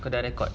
ada record